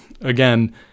again